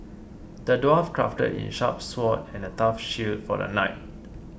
the dwarf crafted a sharp sword and a tough shield for the knight